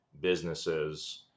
businesses